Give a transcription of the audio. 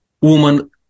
woman